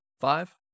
Five